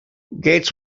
gates